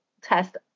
test